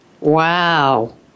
Wow